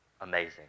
amazing